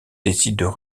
décident